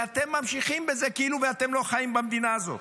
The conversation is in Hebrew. ואתם ממשיכים בזה כאילו שאתם לא חיים במדינה הזו.